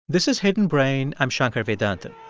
this is hidden brain. i'm shankar vedantam.